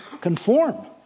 conform